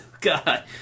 God